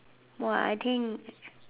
!wah! I think